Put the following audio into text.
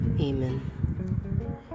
Amen